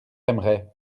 aimerait